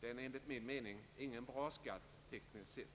Den är enligt min mening ingen bra skatt, tekniskt sett.